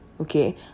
okay